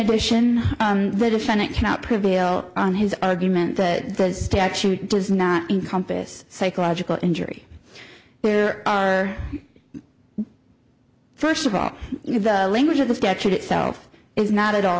addition the defendant cannot prevail on his argument that the statute does not encompass psychological injury first of all the language of the statute itself is not at all